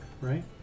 right